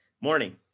Morning